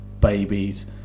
babies